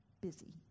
busy